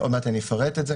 עוד מעט אני אפרט על זה.